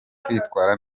kwitwara